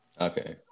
okay